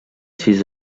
sis